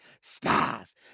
Stars